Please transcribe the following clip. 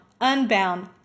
unbound